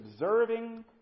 observing